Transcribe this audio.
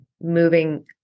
moving